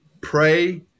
pray